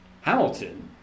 Hamilton